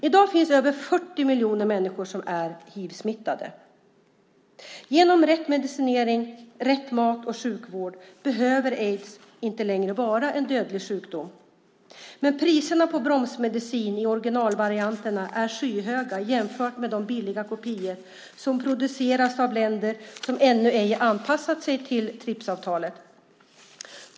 I dag finns över 40 miljoner människor som är hivsmittade. Genom rätt medicinering, rätt mat och sjukvård behöver aids inte längre vara en dödlig sjukdom. Men priserna på bromsmedicin i originalvarianterna är skyhöga jämfört med de billiga kopior som produceras av länder som ännu inte har anpassat sig till TRIPS-avtalet.